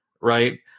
Right